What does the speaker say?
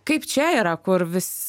kaip čia yra kur vis